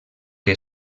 què